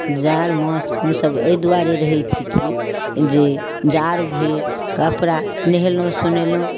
जाड़ मास हमसभ एहि दुआरे रहै छी ठीक जे जाड़ भेल कपड़ा नहेलहुँ सोनेलहुँ